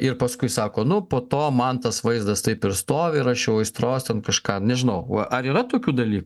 ir paskui sako nu po to man tas vaizdas taip ir stovi ir aš jau aistros ten kažką nežinau ar yra tokių dalykų